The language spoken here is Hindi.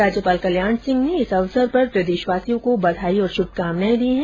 राज्यपाल कल्याण सिंह ने गुरू पूर्णिमा पर प्रदेशवासियों को बधाई और शुभकामनाए दी हैं